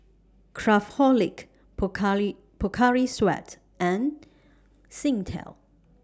Craftholic Pocari Sweat and Singtel